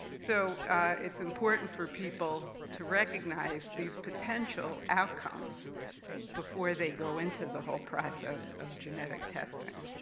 so it's important for people to recognize these potential outcomes before they go into the whole process of genetic testing.